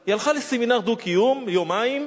היא הלכה לסמינר דו-קיום, יומיים,